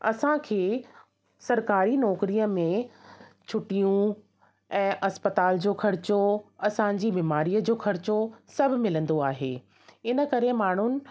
असांखे सरकारी नौकिरीअ में छुटियूं ऐं अस्पतालुनि जो ख़र्चो असांजी बीमारीअ जो ख़र्चो सभु मिलंदो आहे इन करे माण्हुनि